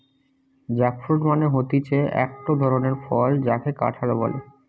jackfruit মানে হতিছে একটো ধরণের ফল যাকে কাঁঠাল বলে